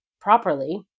properly